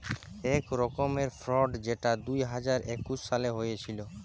এক রকমের ফ্রড যেটা দুই হাজার একুশ সালে হয়েছিল